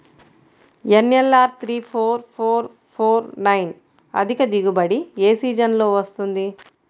NLR three four four four nine అధిక దిగుబడి ఏ సీజన్లలో వస్తుంది?